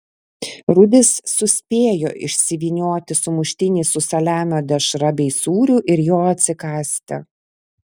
rudis suspėjo išsivynioti sumuštinį su saliamio dešra bei sūriu ir jo atsikąsti